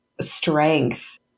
strength